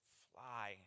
fly